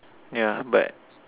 yeah but